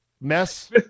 mess